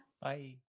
bye